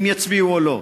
אם יצביעו או לא.